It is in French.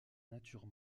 natures